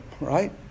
right